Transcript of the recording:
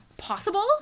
possible